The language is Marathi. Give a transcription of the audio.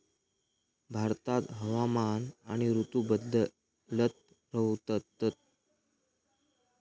भारतात हवामान आणि ऋतू बदलत रव्हतत